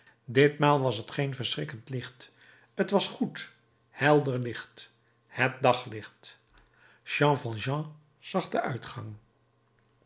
ditmaal was het geen verschrikkend licht t was goed helder licht het daglicht jean valjean zag den uitgang